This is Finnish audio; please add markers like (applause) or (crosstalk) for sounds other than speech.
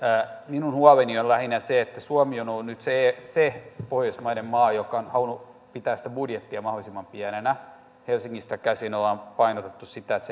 minun huoleni on lähinnä se että suomi on ollut nyt se se pohjoismainen maa joka on halunnut pitää budjettia mahdollisimman pienenä helsingistä käsin ollaan painotettu sitä että (unintelligible)